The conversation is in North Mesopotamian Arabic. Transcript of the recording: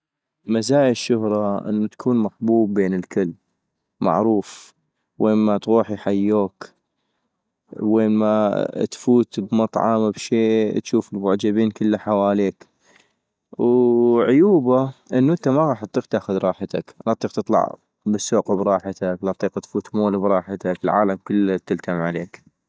مزايا الشهرة انو تكون محبوب بين الكل، - معروف، وين ما تروح يحبوك ، وين ما تفوت بمطعم بشي تشوف المعجبين كلا حواليك - وعيوبا انو انت ما غاح اطيق تأخذ راحتك ، لا اطيق تطلع بالسوق براحتك لا اطيق تفوت مول براحتك ، العالم كلتا تلتم عليك